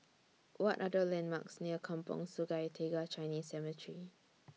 What Are The landmarks near Kampong Sungai Tiga Chinese Cemetery